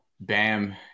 Bam